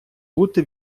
бути